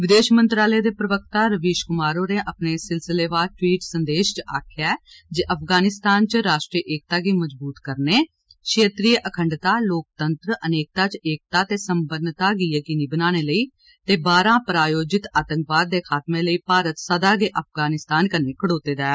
विदेश मंत्रालय दे प्रवक्ता रवीश कुमार होरें अपने सिलसिलेवार द्वीट संदेश इच आक्खेआ जे अफगानिस्तान इच राष्ट्री एकता गी मजबूत करने क्षेत्रीए अखंडता लोकतंत्र अनेकता च एकता ते सम्पनता गी यकीनी बनाने लेई ते बाहरा प्रायोजित आतंकवाद दे खात्में लेई भारत सदा गै अफगानिस्तान कन्नै खड़ौते दा ऐ